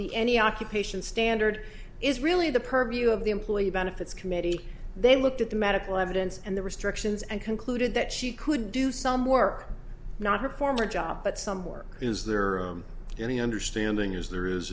the any occupation standard is really the purview of the employee benefits committee they looked at the medical evidence and the restrictions and concluded that she could do some work not her former job but some work is there any understanding is there is